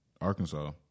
Arkansas